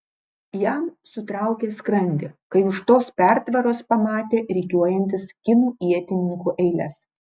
jam sutraukė skrandį kai už tos pertvaros pamatė rikiuojantis kinų ietininkų eiles